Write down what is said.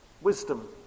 Wisdom